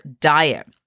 diet